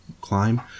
climb